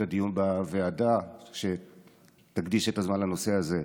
הדיון בוועדה שתקדיש את הזמן לנושא הזה.